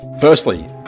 Firstly